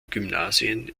gymnasien